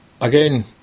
again